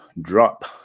drop